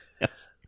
Yes